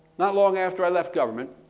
not long after i left government,